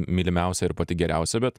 mylimiausia ir pati geriausia bet